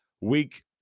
Week